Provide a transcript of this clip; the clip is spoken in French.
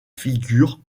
figure